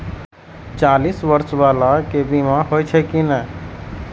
चालीस बर्ष बाला के बीमा होई छै कि नहिं?